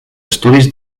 estudis